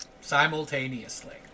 simultaneously